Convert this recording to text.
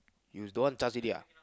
you don't want charge already ah